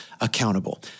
accountable